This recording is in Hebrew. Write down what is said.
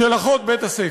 של אחות בית-הספר.